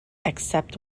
except